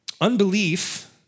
Unbelief